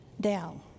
down